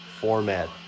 format